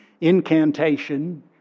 incantation